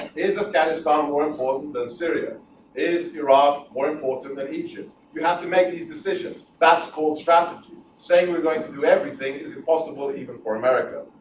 afghanistan more important than syria is iraq more important than egypt we have to make these decisions that's called strategy saying we're going to do everything is impossible even for america